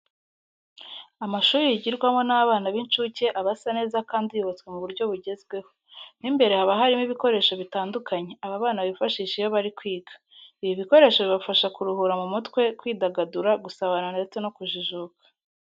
Amashuri yigirwamo n'abana b'incuke aba asa neza kandi yubatswe mu buryo bugezweho. Mo imbere haba harimo ibikoresho bitandukanye aba bana bifashisha iyo bari kwiga. Ibi bikoresho bibafasha kuruhura mu mutwe, kwidagadura, gusabana ndetse no kujijuka.